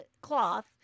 cloth